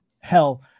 Hell